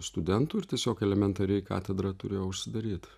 studentų ir tiesiog elementariai katedra turėjo užsidaryt